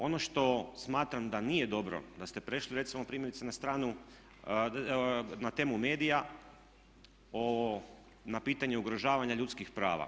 Ono što smatram da nije dobro da ste prešli recimo primjerice na stranu, na temu medija, na pitanje ugrožavanja ljudskih prava.